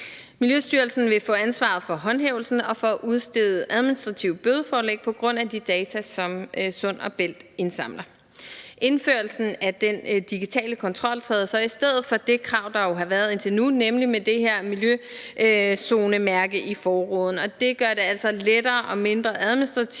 Miljøstyrelsen vil få ansvaret for håndhævelsen og for at udstede administrative bødeforelæg på grundlag af de data, som Sund & Bælt indsamler. Indførelsen af den digitale kontrol træder så i stedet for det krav, der jo har været indtil nu, nemlig om det her miljøzonemærke i forruden. Og det gør det altså lettere og giver mindre administration